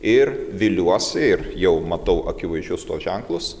ir viliuosi ir jau matau akivaizdžius ženklus